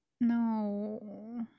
No